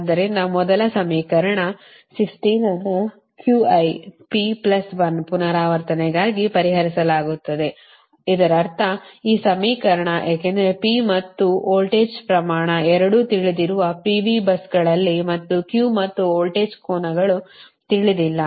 ಆದ್ದರಿಂದ ಮೊದಲ ಸಮೀಕರಣ 16 ಅನ್ನು ಪುನರಾವರ್ತನೆಗಾಗಿ ಪರಿಹರಿಸಲಾಗುತ್ತದೆ ಇದರರ್ಥ ಈ ಸಮೀಕರಣ ಏಕೆಂದರೆ P ಮತ್ತು ವೋಲ್ಟೇಜ್ ಪ್ರಮಾಣ ಎರಡೂ ತಿಳಿದಿರುವ PV busಗಳಲ್ಲಿ ಮತ್ತು Q ಮತ್ತು ವೋಲ್ಟೇಜ್ ಕೋನಗಳು ತಿಳಿದಿಲ್ಲ